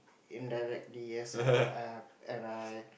indirectly yes uh and I